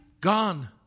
gone